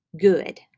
good